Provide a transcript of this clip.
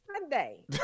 Sunday